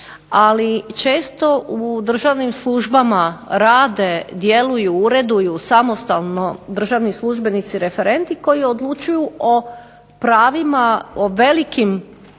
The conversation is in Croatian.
Ali, često u državnim službama rade, djeluju, ureduju samostalno državni službenici – referenti koji odlučuju o pravima, o velikim